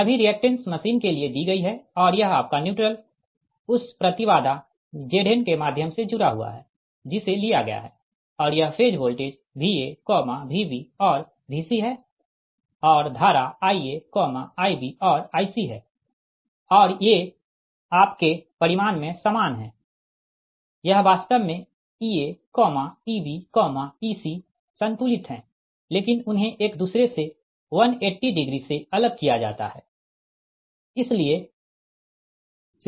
सभी reactance machine के लिए दी गई है और यह आपका न्यूट्रल उस प्रति बाधा Zn के माध्यम जुड़ा हुआ है जिसे लिया गया है और यह फेज वोल्टेज Va Vb और Vc है और धारा IaIb और Ic है और ये आपके परिमाण में बराबर है यह वास्तव में Ea Eb Ec संतुलित है लेकिन उन्हें एक दूसरे से 180 डिग्री से अलग किया जाता है